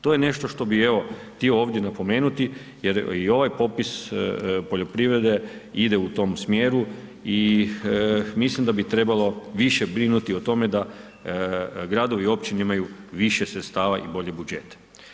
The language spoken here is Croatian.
To je nešto, što bi, evo, htio ovdje napomenuti jer i ovaj popis poljoprivrede ide u tom smjeru i mislim da bi trebalo više brinuti o tome da gradovi i općine imaju više sredstava i bolji budžet.